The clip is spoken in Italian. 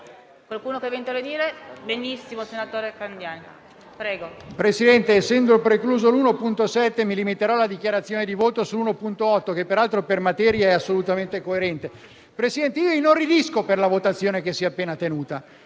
Presidente, essendo precluso l'emendamento 1.7, mi limiterò alla dichiarazione di voto sull'emendamento 1.8 che, per materia, è assolutamente coerente. Signor Presidente, inorridisco per la votazione che si è appena tenuta.